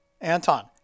Anton